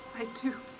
i do.